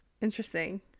Interesting